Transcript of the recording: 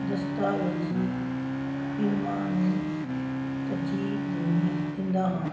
ਦਸਤਾਵੇਜ਼ੀ ਫਿਲਮਾਂ ਨੂੰ ਤਰਜੀਹ ਦਿੰਦਾ ਹਾਂ